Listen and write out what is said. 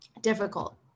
difficult